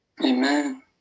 Amen